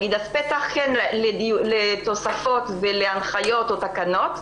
אז פתח לתוספות ולהנחיות או תקנות,